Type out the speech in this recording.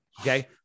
Okay